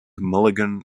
mulligan